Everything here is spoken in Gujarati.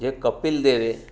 જે કપિલદેવે